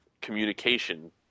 communication